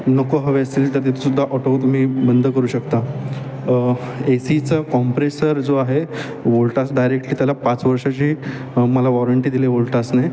नको हवे असतील तर तिथेसुद्धा ऑटो तुम्ही बंद करू शकता एसीचा कॉम्प्रेसर जो आहे ओल्टास डायरेक्टली त्याला पाच वर्षाची मला वॉरंटी दिले ओल्टासने